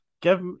give